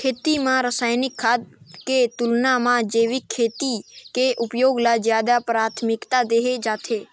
खेती म रसायनिक खाद के तुलना म जैविक खेती के उपयोग ल ज्यादा प्राथमिकता देहे जाथे